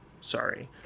sorry